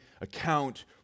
account